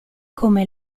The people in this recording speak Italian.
come